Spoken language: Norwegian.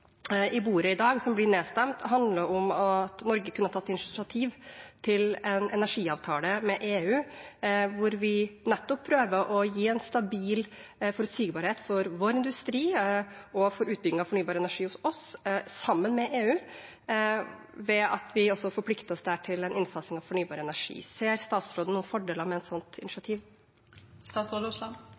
nedstemt – handler om at Norge kan ta initiativ til en energiavtale med EU hvor vi nettopp prøver å gi en stabil forutsigbarhet for vår industri og utbyggingen av fornybar energi hos oss sammen med EU, ved at vi forplikter oss på en innfasing av fornybar energi. Ser statsråden noen fordeler ved et